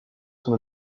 son